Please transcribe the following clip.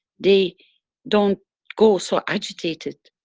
they don't go so agitated,